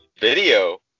video